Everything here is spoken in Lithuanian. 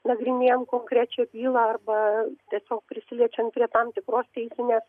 nagrinėjant konkrečią bylą arba tiesiog prisiliečiant prie tam tikros teisinės